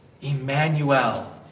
Emmanuel